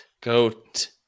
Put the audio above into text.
goat